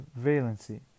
valency